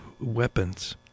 weapons